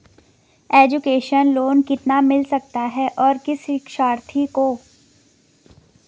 Education loan कितना मिल सकता है और किस शिक्षार्थी को?